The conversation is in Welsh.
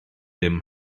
dim